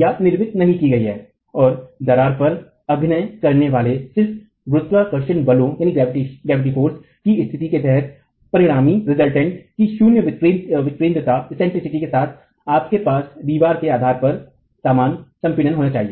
या निर्मित नहीं की गई है और दीवार पर अभिनय करने वाले सिर्फ गुरुत्वाकर्षण बलों की स्थिति के तहत परिणामी की शून्य विकेन्द्रता के साथ आपके पास दीवार के आधार पर समान संपीड़न होना चाहिए